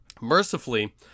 Mercifully